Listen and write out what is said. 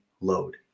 load